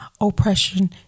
oppression